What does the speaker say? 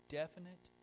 definite